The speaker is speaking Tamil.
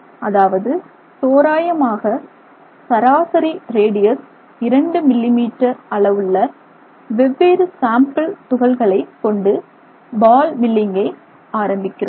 அதாவது தோராயமாக சராசரி ரேடியஸ் இரண்டு மில்லிமீட்டர் அளவுள்ள வெவ்வேறு சாம்பிள் துகள்களைக் கொண்டு பால் மில்லிங்கை ஆரம்பிக்கிறோம்